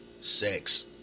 sex